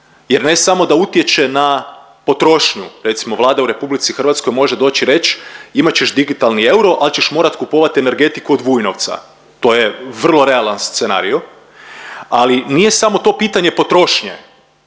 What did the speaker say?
jer ne samo da utječe na potrošnju, recimo Vlada u RH može doći i reći imat ćeš digitalni euro ali ćeš morat kupovati energetiku od Vujnovca. To je vrlo realan scenarijo, ali nije samo to pitanje potrošnje